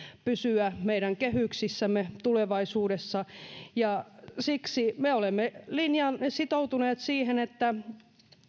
pysyä meidän kehyksissämme tulevaisuudessa siksi me olemme sitoutuneet siihen että